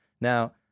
Now